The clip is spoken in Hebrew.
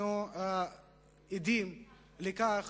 אנחנו עדים לכך